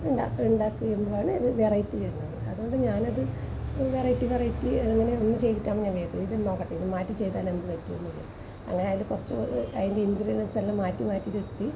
ഉണ്ട ഉണ്ടാക്കി വരുമ്പോഴാണ് ഇത് വെറൈറ്റി വരുന്നത് അതുകൊണ്ട് ഞാനത് വെറൈറ്റി വെറൈറ്റി അങ്ങനെ ചെയ്തിട്ടാണ് ഞാൻ വരുന്നത് ഇത് നോക്കട്ടെ ഇത് മാറ്റി ചെയ്താലെന്ത് പറ്റും എന്നുള്ളത് അങ്ങനെ അതില് കുറച്ച് അതിൻ്റെ ഇൻഗ്രീഡിയൻസ് എല്ലാം മാറ്റി മാറ്റിയിട്ട് എടുത്ത്